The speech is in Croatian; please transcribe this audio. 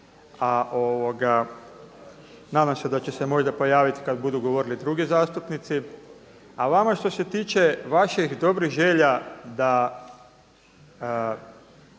sabornici. Nadam se da će se možda pojaviti kada budu govorili drugi zastupnici. A vama što se tiče vaših dobrih želja da